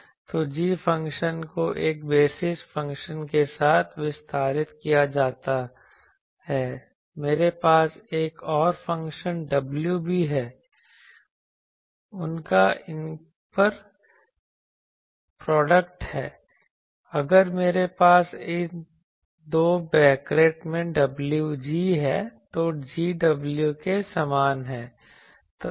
तो g function को एक बेसिस फ़ंक्शन के साथ विस्तारित किया जाता है मेरे पास एक और फ़ंक्शन w भी है उनका इनर प्रोडक्ट है अगर मेरे पास इस दो ब्रैकेट में w g है तो g w के समान है